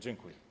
Dziękuję.